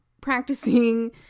Practicing